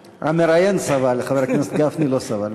המראיין סבל, חבר הכנסת גפני לא סבל.